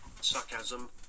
sarcasm